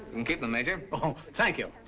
can keep them, major. oh, thank you.